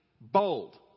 bold